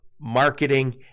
marketing